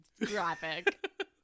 graphic